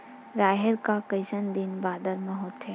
राहेर ह कइसन दिन बादर म होथे?